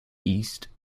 east